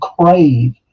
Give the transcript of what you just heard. crave